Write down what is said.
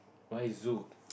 why Zoo